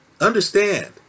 Understand